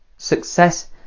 success